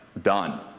Done